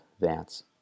Vance